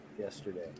yesterday